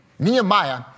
Nehemiah